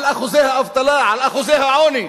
על אחוזי האבטלה, על אחוזי העוני.